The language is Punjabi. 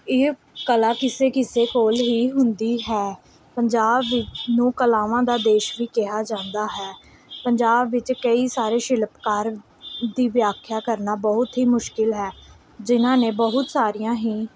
ਇਹ ਕਲਾ ਕਿਸੇ ਕਿਸੇ ਕੋਲ ਹੀ ਹੁੰਦੀ ਹੈ ਪੰਜਾਬ ਵਿ ਨੂੰ ਕਲਾਵਾਂ ਦਾ ਦੇਸ਼ ਵੀ ਕਿਹਾ ਜਾਂਦਾ ਹੈ ਪੰਜਾਬ ਵਿੱਚ ਕਈ ਸਾਰੇ ਸ਼ਿਲਪਕਾਰ ਦੀ ਵਿਆਖਿਆ ਕਰਨਾ ਬਹੁਤ ਹੀ ਮੁਸ਼ਕਿਲ ਹੈ ਜਿੰਨ੍ਹਾਂ ਨੇ ਬਹੁਤ ਸਾਰੀਆਂ ਹੀ